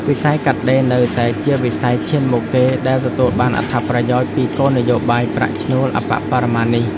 វិស័យកាត់ដេរនៅតែជាវិស័យឈានមុខគេដែលទទួលបានអត្ថប្រយោជន៍ពីគោលនយោបាយប្រាក់ឈ្នួលអប្បបរមានេះ។